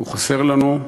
הוא חסר לנו,